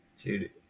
Dude